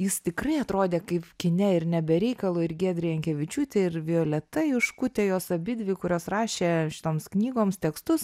jis tikrai atrodė kaip kine ir ne be reikalo ir giedrė jankevičiūtė ir violeta juškutė jos abidvi kurios rašė šitoms knygoms tekstus